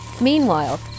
Meanwhile